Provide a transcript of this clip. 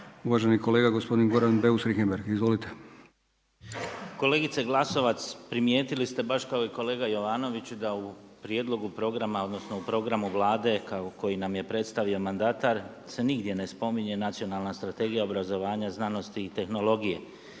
uvaženi kolega gospodin Goran Beus Richembergh. Izvolite. **Beus Richembergh, Goran (HNS)** Kolegice Glasovac, primijetili ste baš kao i kolega Jovanović da u prijedlogu programa odnosno u programu Vlade koji nam je predstavio mandatar se nigdje ne spominje Nacionalna strategija obrazovanja, znanosti i tehnologije.